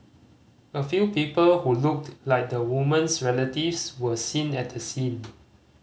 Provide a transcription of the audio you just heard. a few people who looked like the woman's relatives were seen at the scene